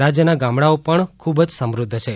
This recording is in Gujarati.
રાજયના ગામડાઓ પણ ખૂબ જ સમૃધ્ધ છે